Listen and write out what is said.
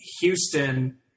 Houston